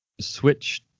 switch